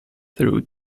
through